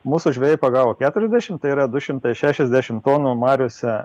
mūsų žvejai pagavo keturiasdešim tai yra du šimtai šešiasdešim kauno mariose